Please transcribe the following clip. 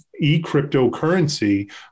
e-cryptocurrency